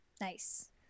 Nice